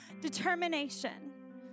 determination